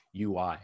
UI